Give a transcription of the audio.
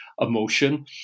emotion